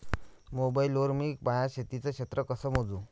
Mobile वर मी माया शेतीचं क्षेत्र कस मोजू?